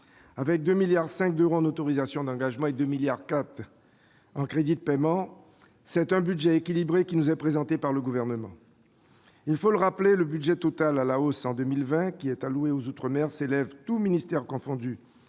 Avec 2,5 milliards d'euros en autorisations d'engagement et 2,4 milliards d'euros en crédits de paiement, c'est un budget équilibré qui nous est présenté par le Gouvernement. Il faut le rappeler, le budget total alloué aux outre-mer, à la hausse en 2020, s'élève, tous ministères confondus,